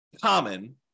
common